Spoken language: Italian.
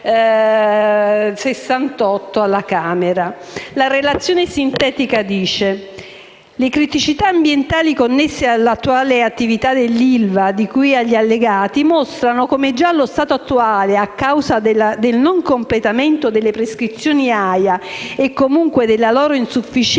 La relazione sintetica dell'ARPA Puglia dice: «Le criticità ambientali connesse all'attuale attività dell'ILVA, di cui agli allegati, mostrano come già allo stato attuale, a causa del non completamento delle prescrizioni AIA e comunque della loro insufficienza